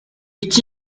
est